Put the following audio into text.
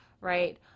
right